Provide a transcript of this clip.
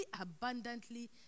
abundantly